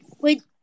Wait